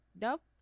nope